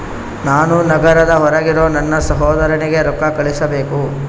ನಾನು ನಗರದ ಹೊರಗಿರೋ ನನ್ನ ಸಹೋದರನಿಗೆ ರೊಕ್ಕ ಕಳುಹಿಸಬೇಕು